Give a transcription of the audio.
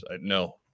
No